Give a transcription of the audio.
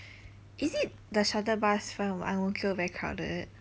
is it the shuttle bus from ang mo kio very crowded